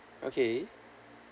okay